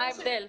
מה ההבדל?